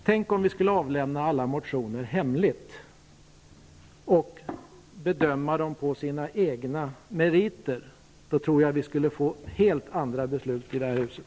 Tänk, om vi skulle avlämna alla motioner hemligt och bedöma dem på deras egna meriter! Då tror jag att vi skulle få helt andra beslut här i huset.